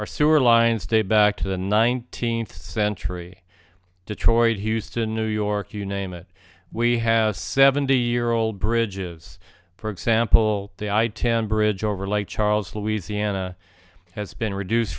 our sewer lines date back to the nineteenth century detroit houston new york you name it we have seventy year old bridges for example the i ten bridge over lake charles louisiana has been reduce